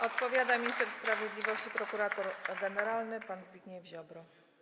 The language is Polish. Odpowiada minister sprawiedliwości prokurator generalny pan Zbigniew Ziobro.